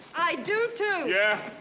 i do, too! yeah?